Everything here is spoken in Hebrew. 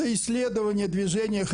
להלן התרגום החופשי.